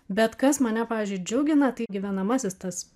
bet kas mane pavyzdžiui džiugina tai gyvenamasis tas